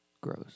Gross